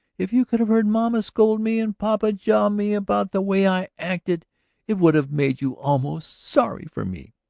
if you could have heard mama scold me and papa jaw me about the way i acted it would have made you almost sorry for me.